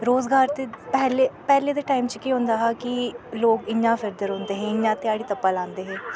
रोजगार ते पैह्ले पैह्ले दे टाईम च केह् होंदे हा कि लोग इ'यां गै फिरदे रौंह्दे हे इ'यां गै ध्याह्ड़ी धप्पा लांदे हे